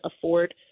afford